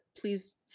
please